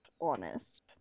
honest